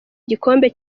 igikombe